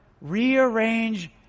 rearrange